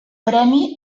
premi